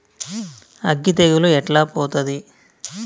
అగ్గి తెగులు ఎట్లా పోతది?